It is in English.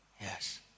Yes